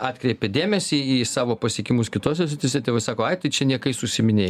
atkreipė dėmesį į savo pasiekimus kitose srityse tėvai sako ai tai čia niekais užsiiminėji